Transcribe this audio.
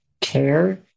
care